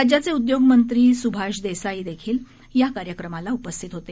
राज्याचे उद्योगमंत्री स्भाष देसाईदेखील या कार्यक्रमाला उपस्थित होते